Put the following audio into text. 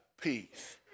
peace